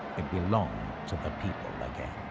it belonged to the people again.